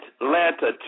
Atlanta